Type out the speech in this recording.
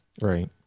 Right